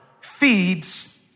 feeds